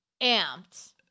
amped